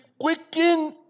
quicken